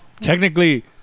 technically